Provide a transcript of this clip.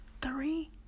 three